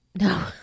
no